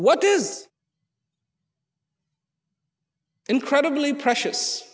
what is incredibly precious